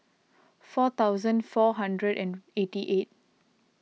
four thousand four hundred and eighty eight